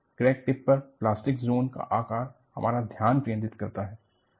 crack tip पर plastic zone का आकार हमारा ध्यान केंद्रित करता है